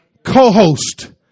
Co-host